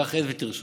קח עט ותרשום.